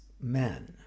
men